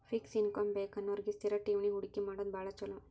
fix income ಬೇಕನ್ನೋರಿಗಿ ಸ್ಥಿರ ಠೇವಣಿ ಹೂಡಕಿ ಮಾಡೋದ್ ಭಾಳ್ ಚೊಲೋ